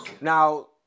Now